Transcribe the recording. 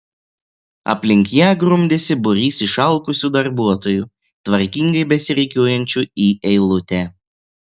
aplink ją grumdėsi būrys išalkusių darbuotojų tvarkingai besirikiuojančių į eilutę